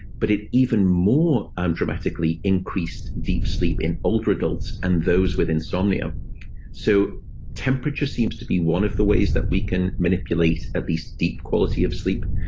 but it even more um dramatically increased deep sleep in older adults, and those with insomnia so temperature seems to be one of the ways that we can manipulate, at least deep quality of sleep.